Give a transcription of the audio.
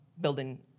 building